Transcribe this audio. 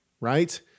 right